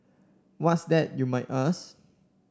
what's that you might ask